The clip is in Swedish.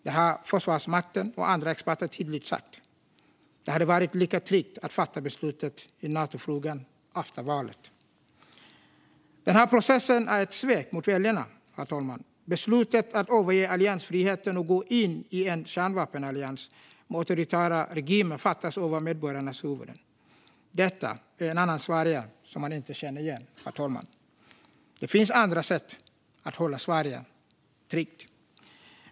Detta har Försvarsmakten och andra experter tydligt sagt. Det hade varit lika tryggt att fatta beslut i Natofrågan efter valet. Herr talman! Denna process är ett svek mot väljarna. Beslutet att överge alliansfriheten och gå in i en kärnvapenallians med auktoritära regimer fattas över medborgarnas huvuden. Detta är ett Sverige jag inte känner igen. Det finns andra sätt att hålla Sverige tryggt.